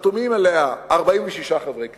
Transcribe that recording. חתומים עליה 46 חברי כנסת,